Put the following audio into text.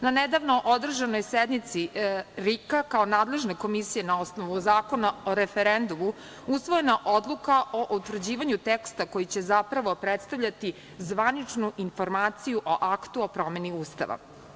Na nedavno održanoj sednici RIK, kao nadležne Komisije, na osnovu Zakona o referendumu, usvojena je Odluka o utvrđivanju teksta koji će zapravo predstavljati zvaničnu informaciju o Aktu o promeni Ustava.